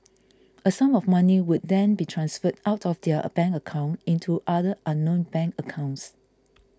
a sum of money would then be transferred out of their bank account into other unknown bank accounts